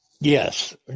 Yes